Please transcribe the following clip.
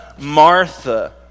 Martha